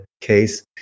case